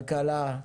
כלכלה,